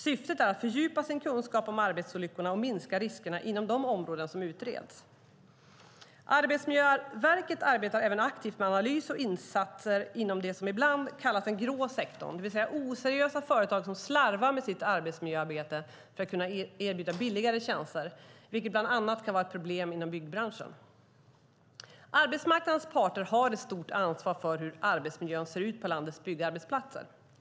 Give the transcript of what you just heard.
Syftet är att fördjupa kunskapen om arbetsolyckorna och minska riskerna inom de områden som utreds. Arbetsmiljöverket arbetar även aktivt med analys av och insatser inom det som ibland kallas den grå sektorn, det vill säga oseriösa företag som slarvar med sitt arbetsmiljöarbete för att kunna erbjuda billigare tjänster, vilket kan vara ett problem inom bland annat byggbranschen. Arbetsmarknadens parter har ett stort ansvar för hur arbetsmiljön ser ut på landets byggarbetsplatser.